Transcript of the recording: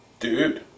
dude